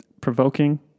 provoking